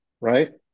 right